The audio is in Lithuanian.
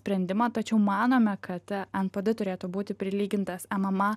sprendimą tačiau manome kad npd turėtų būti prilygintas mma